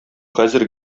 хәзер